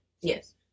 Yes